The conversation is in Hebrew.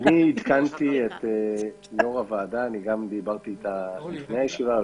אני עדכנתי את יושב-ראש הוועדה בכל